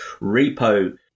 Repo